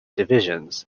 divisions